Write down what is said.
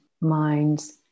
minds